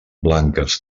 blanques